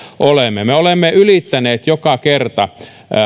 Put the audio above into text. olemme me olemme ylittäneet joka kerta